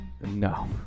No